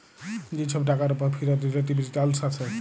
যে ছব টাকার উপর ফিরত রিলেটিভ রিটারল্স আসে